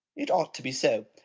it ought to be so.